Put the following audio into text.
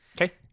Okay